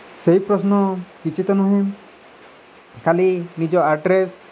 ସେହି ପ୍ରଶ୍ନ କିଛି ତ ନୁହେଁ ଖାଲି ନିଜ ଆଡ୍ରେସ୍